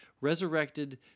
resurrected